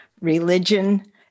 religion